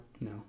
No